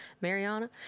Mariana